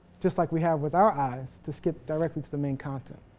just like we have with our eyes, to skip directly to the main content.